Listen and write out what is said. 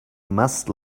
must